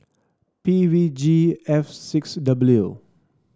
P V G F six W